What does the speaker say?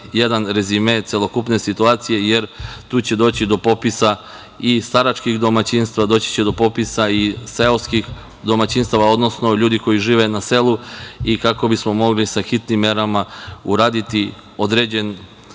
jedan rezime celokupne situacije, jer tu će doći do popisa i staračkih domaćinstava. Doći će do popisa i seoskih, odnosno ljudi koji žive na selu i kako bismo mogli sa hitnim merama uraditi određene